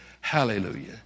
Hallelujah